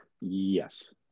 Yes